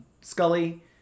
Scully